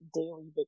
daily